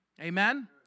Amen